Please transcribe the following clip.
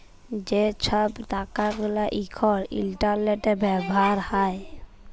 যে ছব টাকা গুলা এখল ইলটারলেটে ব্যাভার হ্যয়